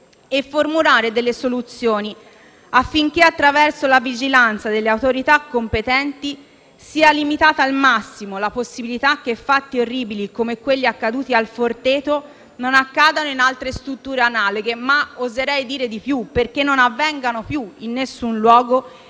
e formulare delle soluzioni, affinché attraverso la vigilanza delle autorità competenti sia limitata al massimo la possibilità che fatti orribili come quelli accaduti a «Il Forteto» non accadano in altre strutture analoghe e - oserei dire di più - perché non avvengano più in nessun luogo